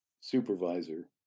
supervisor